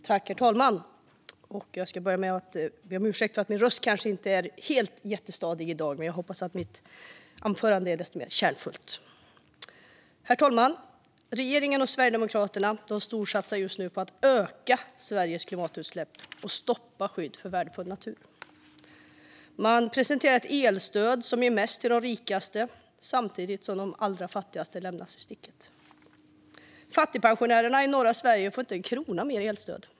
Herr talman! Jag börjar med att be om ursäkt för att min röst kanske inte är helt stadig i dag. Jag hoppas att mitt anförande är desto mer kärnfullt. Herr talman! Regeringen och Sverigedemokraterna storsatsar just nu på att öka Sveriges klimatutsläpp och stoppa skydd av värdefull natur. Man presenterar ett elstöd som ger mest till de rikaste samtidigt som de allra fattigaste lämnas i sticket. Fattigpensionärerna i norra Sverige får inte 1 krona mer i elstöd.